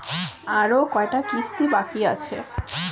আরো কয়টা কিস্তি বাকি আছে?